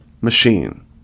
machine